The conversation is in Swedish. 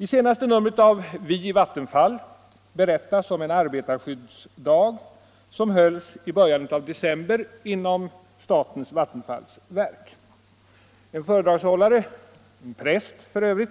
I senaste numret av Vi i Vattenfall berättas om en arbetarskyddsdag som hölls i början av december inom statens vattenfallsverk. En föredragshållare — präst f.ö.